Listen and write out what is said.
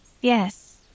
Yes